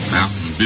Mountain